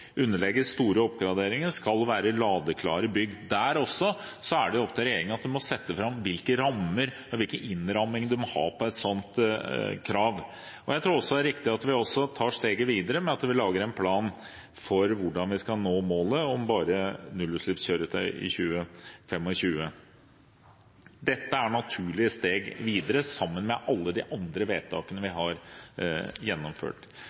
underlegges store oppgraderinger, skal være ladeklare bygg. Der også er det opp til regjeringen å sette fram hvilke rammer og hvilken innramming man må ha på et sånt krav. Jeg tror det er riktig at vi også tar steget videre med at vi lager en plan for hvordan vi skal nå målet om bare nullutslippskjøretøy i 2025. Dette er naturlige steg videre, sammen med alle de andre vedtakene vi har gjennomført.